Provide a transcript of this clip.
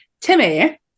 Timmy